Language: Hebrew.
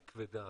והיא כבדה,